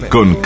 Con